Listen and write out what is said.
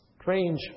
Strange